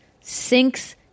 sinks